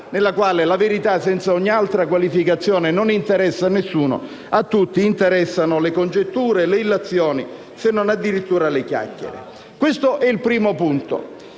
nella quale la verità senza ogni altra qualificazione non interessa a nessuno, mentre a tutti interessano le congetture, le illazioni, se non addirittura le chiacchiere. Questo è il primo punto.